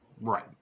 Right